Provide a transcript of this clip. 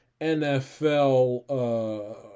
NFL